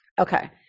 Okay